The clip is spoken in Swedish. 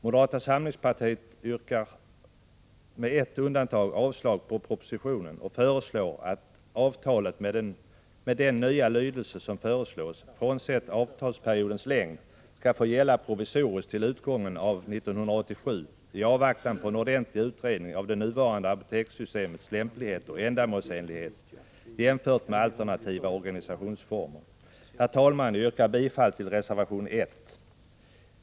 Moderata samlingspartiet yrkar avslag på propositionen med ett undantag, och föreslår att avtalet med den nya lydelse som föreslås, frånsett avtalsperiodens längd, skall få gälla provisoriskt till utgången av 1987 i avvaktan på en ordentlig utredning av det nuvarande apotekssystemets lämplighet och ändamålsenlighet jämfört med alternativa organisationsformer. Herr talman! Jag yrkar bifall till reservation 1.